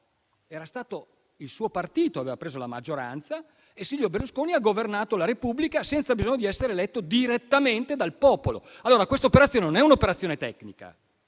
No, il suo partito aveva preso la maggioranza e Silvio Berlusconi ha governato la Repubblica senza bisogno di essere eletto direttamente dal popolo. Allora questa operazione non è un'operazione tecnica,